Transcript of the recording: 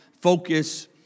focus